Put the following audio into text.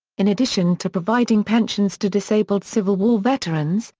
in addition to providing pensions to disabled civil war veterans,